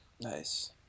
Nice